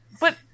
but-